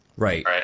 Right